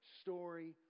story